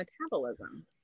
metabolism